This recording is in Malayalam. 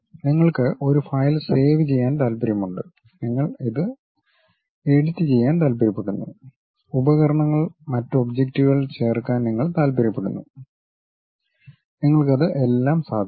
നിങ്ങൾക്ക് ഒരു ഫയൽ സേവ് ചെയ്യാൻ താൽപ്പര്യമുണ്ട് നിങ്ങൾ അത് എഡിറ്റുചെയ്യാൻ താൽപ്പര്യപ്പെടുന്നു ഉപകരണങ്ങൾ മറ്റ് ഒബ്ജക്റ്റുകൾ ചേർക്കാൻ നിങ്ങൾ താൽപ്പര്യപ്പെടുന്നു നിങ്ങൾക്കത് എല്ലാം സാധിക്കും